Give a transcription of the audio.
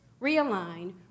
realign